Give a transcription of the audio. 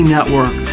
Network